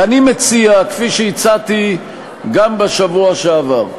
ואני מציע, כפי שהצעתי גם בשבוע שעבר,